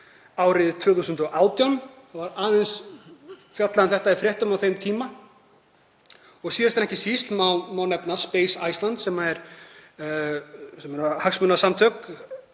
árið 2018. Það var aðeins fjallað um þetta í fréttum á þeim tíma. Síðast en ekki síst má nefna Space Iceland sem eru hagsmunasamtök